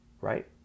right